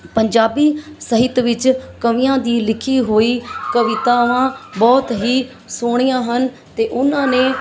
ਪੰਜਾਬੀ ਸਾਹਿਤ ਵਿੱਚ ਕਵੀਆਂ ਦੀ ਲਿਖੀ ਹੋਈ ਕਵਿਤਾਵਾਂ ਬਹੁਤ ਹੀ ਸੋਹਣੀਆਂ ਹਨ ਅਤੇ ਉਹਨਾਂ ਨੇ